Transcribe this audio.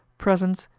presence,